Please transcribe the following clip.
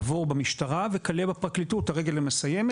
עבור במשטרה וכלה בפרקליטות, הרגל המסיימת.